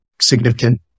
significant